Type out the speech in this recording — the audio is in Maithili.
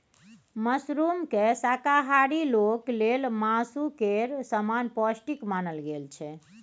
मशरूमकेँ शाकाहारी लोक लेल मासु केर समान पौष्टिक मानल गेल छै